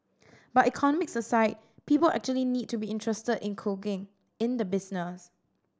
but economics aside people actually need to be interested in cooking in the business